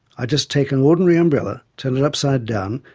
i just take an ordinary umbrella, turn it upside down,